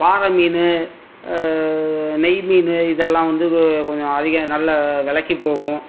பாறை மீன் நெய் மீன் இதெல்லாம் வந்து கொஞ்சம் அதிகம் நல்ல விலைக்கு போகும்